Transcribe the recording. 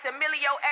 Emilio